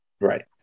Right